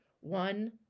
one